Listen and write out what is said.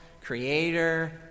creator